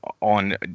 on